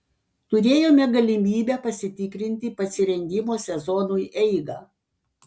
turėjome galimybę pasitikrinti pasirengimo sezonui eigą